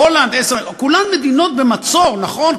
הולנד, כולן מדינות במצור, נכון?